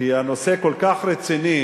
כי הנושא כל כך רציני,